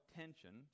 tension